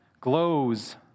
glows